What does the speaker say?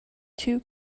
two